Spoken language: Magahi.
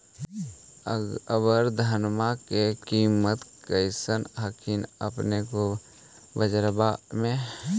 अबर धानमा के किमत्बा कैसन हखिन अपने के बजरबा में?